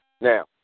Now